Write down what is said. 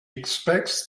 expects